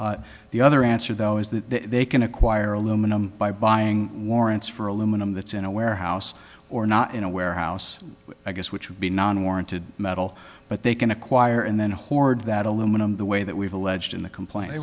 week the other answer though is that they can acquire aluminum by buying warrants for aluminum that's in a warehouse or not in a warehouse i guess which would be non warranted metal but they can acquire and then hoard that aluminum the way that we've alleged in the complaint th